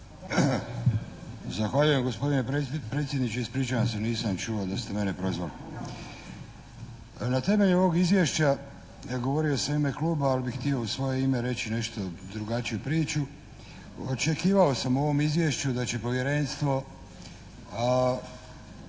Zahvaljujem gospodine predsjedniče. Ispričavam se, nisam čuo da ste mene proizvali. Na temelju ovog izvješća govorio sam u ime kluba, ali bi htio u svoje ime reći nešto drugačiju priču. Očekivao sam u ovom izvješću da će povjerenstvo